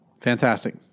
Fantastic